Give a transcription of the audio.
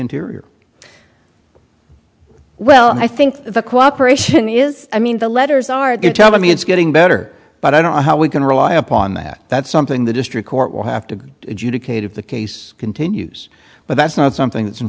interior well i think the cooperation is i mean the letters are good telling me it's getting better but i don't know how we can rely upon that that's something the district court will have to educate if the case continues but that's not something that's in